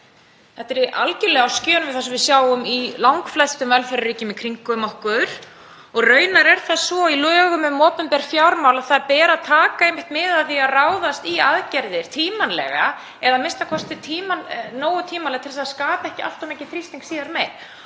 Þetta er algjörlega á skjön við það sem við sjáum í langflestum velferðarríkjum í kringum okkur og raunar er það svo í lögum um opinber fjármál að það ber einmitt að taka mið af því að ráðast í aðgerðir tímanlega eða a.m.k. nógu tímanlega til að skapa ekki allt of mikinn þrýsting síðar meir.